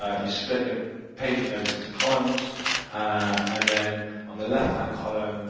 ah you split your page of notes into columns and then on the left-hand column,